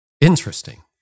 Interesting